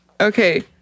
Okay